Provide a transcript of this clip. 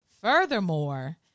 furthermore